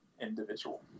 individual